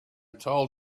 told